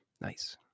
Nice